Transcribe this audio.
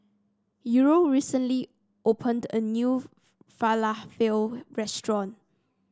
Uriel recently opened a new Falafel restaurant